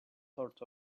sort